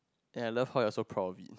and I love how you are so proud of it